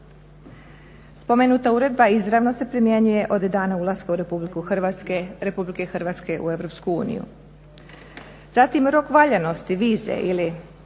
Spomenuta uredba izravno se primjenjuje od dana ulaska RH u EU. Zatim, rok valjanosti vize ili